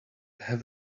have